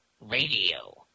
Radio